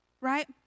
right